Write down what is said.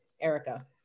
Erica